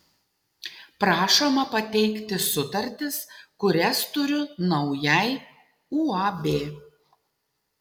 prašoma pateikti sutartis kurias turiu naujai uab